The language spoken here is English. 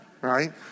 Right